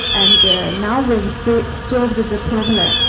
and now we've solved the problem.